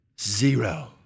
zero